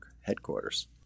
headquarters